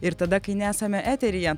ir tada kai nesame eteryje